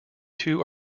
two